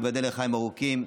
תיבדל לחיים ארוכים.